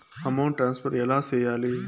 amount transfer ఎలా సేయాలి